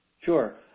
Sure